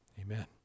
Amen